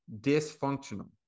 dysfunctional